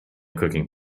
cooking